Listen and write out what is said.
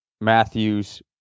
Matthews